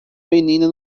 menina